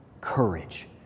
courage